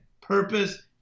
Purpose